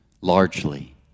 largely